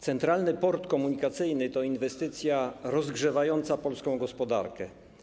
Centralny Port Komunikacyjny to inwestycja rozgrzewająca polską gospodarkę.